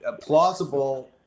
plausible